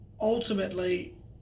ultimately